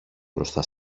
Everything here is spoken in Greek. μπροστά